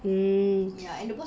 mm